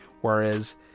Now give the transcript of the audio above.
whereas